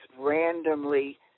randomly